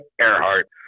Earhart